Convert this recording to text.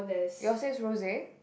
yours says rose